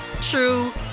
true